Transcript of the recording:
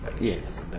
Yes